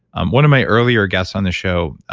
um one of my earlier guests on the show,